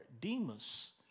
Demas